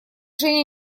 женя